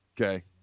Okay